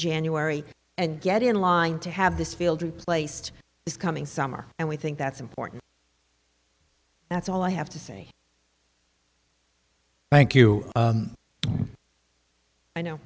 january and get in line to have this field replaced this coming summer and we think that's important that's all i have to say thank you i know